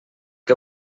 que